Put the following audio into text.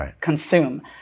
consume